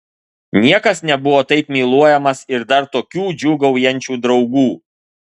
niekas nebuvo taip myluojamas ir dar tokių džiūgaujančių draugų